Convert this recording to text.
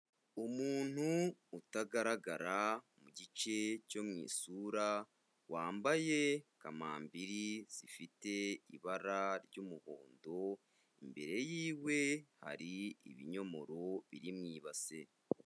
Umuntu utagaragara mu gice cyo mu isura wambaye kamambiri zifite ibara ry'umuhondo, imbere yiwe hari ibinyomoro biri mu ibase.